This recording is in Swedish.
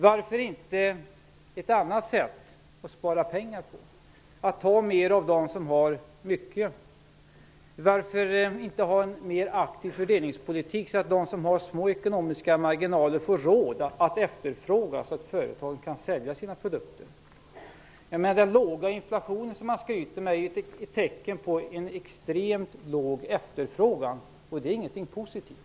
Varför väljer man inte ett annat sätt att spara pengar på, genom att ta mer från dem som har mycket? Varför har man inte en mer aktiv fördelningspolitik, så att de som har små ekonomiska marginaler får råd att efterfråga och så att företagen kan sälja sina produkter? Den låga inflationen som man skryter med är ett tecken på en extremt låg efterfrågan. Det är inte något positivt.